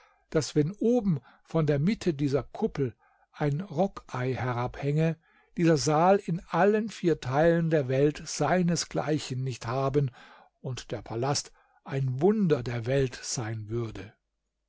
daß wenn oben von der mitte dieser kuppel ein rockei herabhänge dieser saal in allen vier teilen der welt seinesgleichen nicht haben und der palast ein wunder der welt sein würde